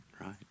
right